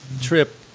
trip